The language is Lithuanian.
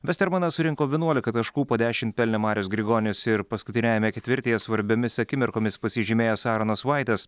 vestermanas surinko vienuolika taškų po dešim pelnė marius grigonis ir paskutiniajame ketvirtyje svarbiomis akimirkomis pasižymėjęs aronas vaitas